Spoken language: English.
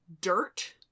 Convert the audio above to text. dirt